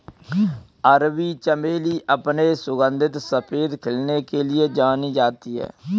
अरबी चमेली अपने सुगंधित सफेद खिलने के लिए जानी जाती है